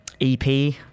EP